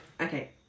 Okay